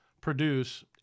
produce